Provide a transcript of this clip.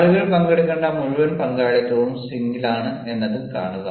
ആളുകൾ പങ്കെടുക്കേണ്ട മുഴുവൻ പങ്കാളിത്തവും സ്വിംഗിലാണ് എന്നതും കാണുക